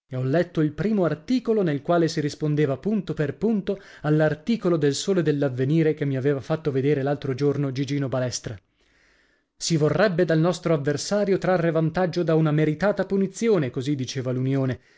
ho letto il primo articolo nel quale si rispondeva punto per punto all'articolo del sole dellavvenire che mi aveva fatto vedere l'altro giorno gigino balestra si vorrebbe dal nostro avversario trarre vantaggio da una meritata punizione